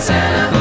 Santa